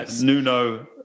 Nuno